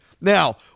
Now